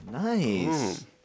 Nice